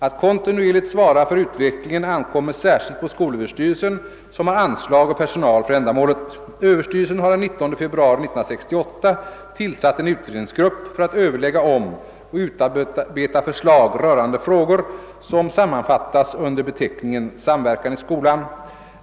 Att kontinuerligt svara för utvecklingen ankommer särskilt på skolöverstyrelsen, som har anslag och per sonal för ändamålet. Överstyrelsen har den 19 februari 1968 tillsatt en utredningsgrupp för att överlägga om och utarbeta förslag rörande frågor, som sammanfattas under beteckningen samverkan i skolan.